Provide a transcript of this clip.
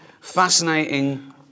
fascinating